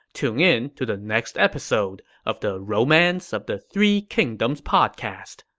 tune in to the next episode of the romance of the three kingdoms podcast.